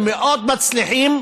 מאוד מצליחים,